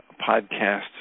podcast